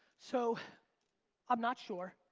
so i'm not sure.